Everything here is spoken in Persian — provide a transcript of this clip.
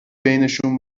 بینشون